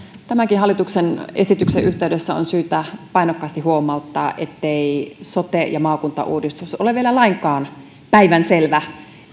tämänkin hallituksen esityksen yhteydessä on syytä painokkaasti huomauttaa ettei sote ja maakuntauudistus ole vielä lainkaan päivänselvä